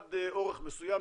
עד אורך מסוים,